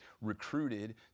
recruited